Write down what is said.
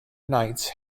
knights